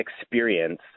experience